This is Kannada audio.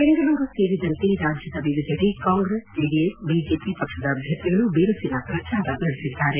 ಬೆಂಗಳೂರು ಸೇರಿದಂತೆ ರಾಜ್ಯದ ವಿವಿಧೆಡೆ ಕಾಂಗ್ರೆಸ್ ಜೆಡಿಎಸ್ ಬಿಜೆಪಿ ಪಕ್ಷದ ಅಭ್ಯರ್ಥಿಗಳು ಬಿರುಸಿನ ಪ್ರಚಾರ ನಡೆಸಿದ್ದಾರೆ